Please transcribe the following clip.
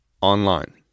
online